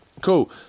cool